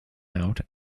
out